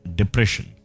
depression